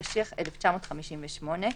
התשי"ח-1958,